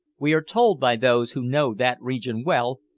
we are told by those who know that region well,